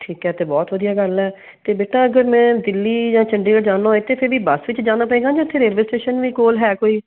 ਠੀਕ ਹੈ ਇਹ ਤਾਂ ਬਹੁਤ ਵਧੀਆ ਗੱਲ ਹੈ ਤਾਂ ਬੇਟਾ ਅਗਰ ਮੈਂ ਦਿੱਲੀ ਜਾਂ ਚੰਡੀਗੜ੍ਹ ਜਾਣਾ ਇੱਥੇ ਫਿਰ ਵੀ ਬੱਸ 'ਚ ਜਾਣਾ ਪਏਗਾ ਜੇ ਉੱਥੇ ਰੇਲਵੇ ਸਟੇਸ਼ਨ ਵੀ ਕੋਲ ਹੈ ਕੋਈ